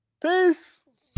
Peace